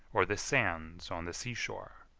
or the sands on the sea-shore,